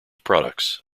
products